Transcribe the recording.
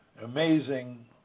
amazing